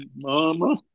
mama